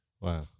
Wow